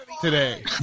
today